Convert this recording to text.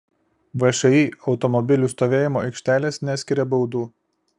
všį automobilių stovėjimo aikštelės neskiria baudų